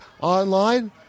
Online